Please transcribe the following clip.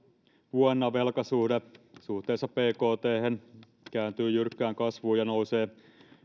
vuonna velkasuhde suhteessa bkthen kääntyy jyrkkään kasvuun ja nousee